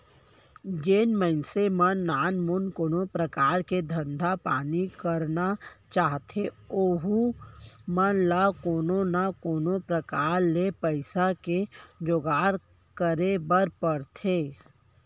जेन मनसे मन नानमुन कोनो परकार के धंधा पानी करना चाहथें ओहू मन ल कोनो न कोनो प्रकार ले पइसा के जुगाड़ करे बर परथे